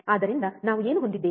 ಆದ್ದರಿಂದ ನಾವು ಏನು ಹೊಂದಿದ್ದೇವೆ